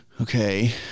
Okay